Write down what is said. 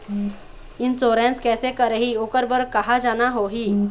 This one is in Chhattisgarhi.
इंश्योरेंस कैसे करही, ओकर बर कहा जाना होही?